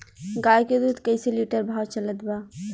गाय के दूध कइसे लिटर भाव चलत बा?